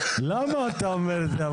למה אתה אומר את זה?